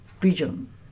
vision